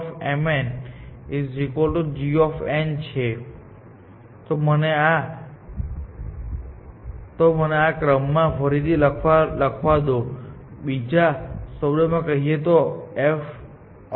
જ્યારે આપણે આ માપદંડ પર નજર કરીએ છીએ ત્યારે અમે કહી રહ્યા છીએ આપણે ગોલ થી જેટલા દૂર છીએઆપણું અનુમાન જેટલું ઓછું ચોક્કસ તેમ આપણે ગોલ ની વધુ નજીક જઈએ છીએ